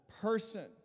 person